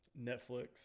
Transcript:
Netflix